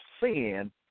sin